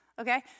Okay